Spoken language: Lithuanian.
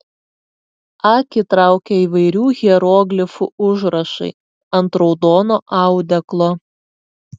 akį traukia įvairių hieroglifų užrašai ant raudono audeklo